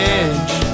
edge